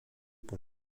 pour